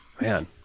Man